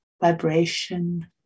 vibration